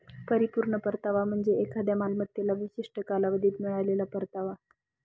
परिपूर्ण परतावा म्हणजे एखाद्या मालमत्तेला विशिष्ट कालावधीत मिळालेला परतावा